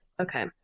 Okay